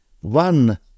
one